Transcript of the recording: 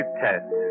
test